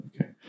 okay